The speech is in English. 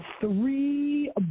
three